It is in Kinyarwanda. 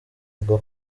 hirwa